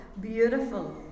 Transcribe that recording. beautiful